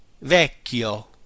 vecchio